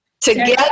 Together